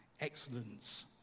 excellence